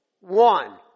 One